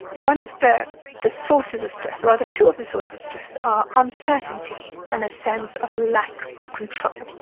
one of the the sources of stress or rather two of the sources of stress or uncertainty and a sense of a lack of control.